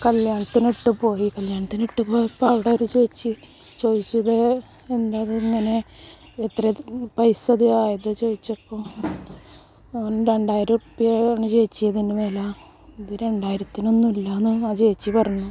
കല്യാണത്തിന് ഇട്ട് പോയി കല്യാണത്തിന് ഇട്ട് പോയപ്പോൾ അവിടെ ഒരു ചേച്ചി ചോദിച്ചു ഇത് എന്താണ് ഇത് ഇങ്ങനെ എത്ര പൈസ ഇതായത് ചോദിച്ചപ്പോൾ ഞാൻ രണ്ടായിരം രൂപയാണ് ചേച്ചി ഇതിന് വില ഇത് രണ്ടായിരത്തിനൊന്നും ഇല്ല എന്ന് ആ ചേച്ചി പറഞ്ഞു